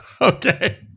Okay